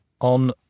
on